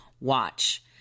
Watch